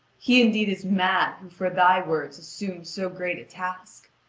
he indeed is mad who for thy words assumes so great a task.